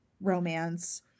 romance